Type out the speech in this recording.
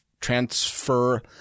transfer